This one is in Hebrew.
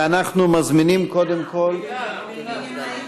ואנחנו מזמינים קודם כול נמנע.